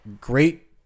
great